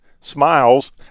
smiles